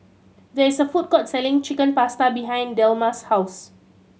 there is a food court selling Chicken Pasta behind Delmas' house